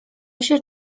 się